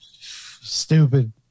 Stupid